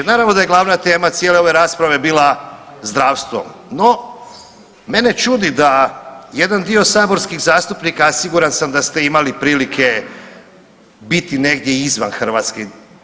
Naravno da je glavna tema cijele ove rasprave bila zdravstvo, no mene čudi da jedan dio saborskih zastupnika, a siguran sam da ste imali prilike biti negdje izvan Hrvatske.